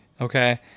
okay